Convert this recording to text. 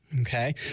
okay